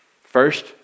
First